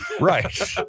right